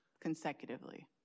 consecutively